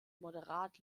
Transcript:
moderat